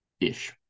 ish